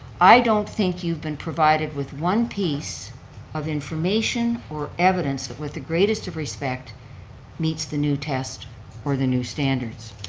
i don't think you've been provided with one piece of information or evidence with the greatest of respect meets the new test for the new standards.